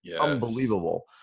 Unbelievable